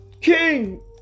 king